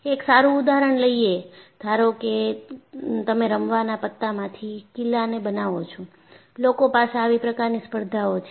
એક સારું ઉદાહરણ લઈએ ધારો કે તમે રમવાના પત્તામાંથી કિલ્લાને બનાવો છો લોકો પાસે આવી પ્રકારની સ્પર્ધાઓ છે